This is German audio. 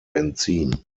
benzin